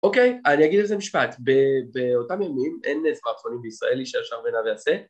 אוקיי, אני אגיד על זה משפט, באותם ימים אין סמארטפונים בישראל איש הישר בעיניו יעשה